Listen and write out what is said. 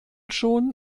schon